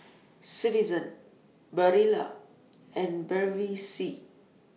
Citizen Barilla and Bevy C